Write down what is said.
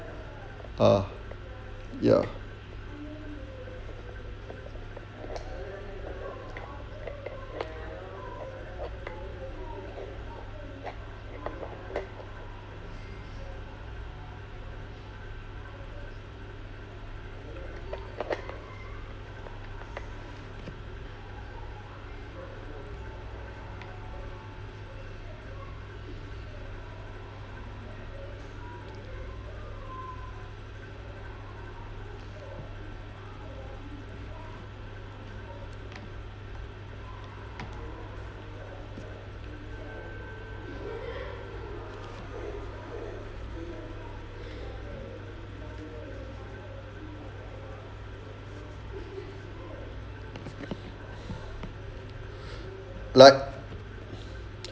ah ya like